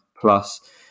plus